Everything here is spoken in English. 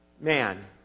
man